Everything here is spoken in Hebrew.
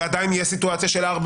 זו עדיין תהיה סיטואציה של (4),